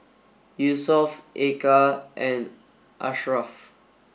Yusuf Eka and Asharaff